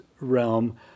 realm